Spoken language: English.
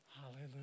hallelujah